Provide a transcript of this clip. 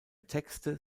texte